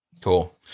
Cool